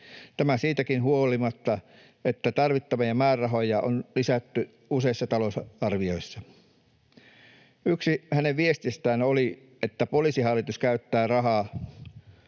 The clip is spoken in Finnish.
tämä siitäkin huolimatta, että tarvittavia määrärahoja on lisätty useissa talousarvioissa. Yksi hänen viesteistään oli, että Poliisihallitus käyttää rahaa